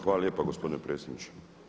Hvala lijepo gospodine predsjedniče.